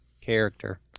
character